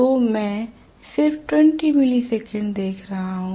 तो मैं सिर्फ 20 मिली सेकंड देख रहा हूं